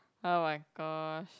oh my gosh